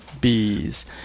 Bees